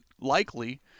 likely